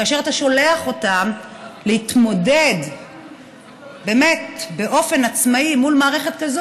כאשר אתה שולח אותם להתמודד באופן עצמאי מול מערכת כזאת,